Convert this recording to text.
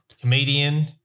comedian